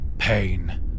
Pain